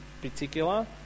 particular